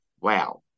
wow